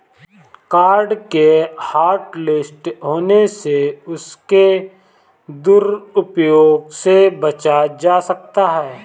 card के hotlist होने से उसके दुरूप्रयोग से बचा जा सकता है